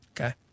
Okay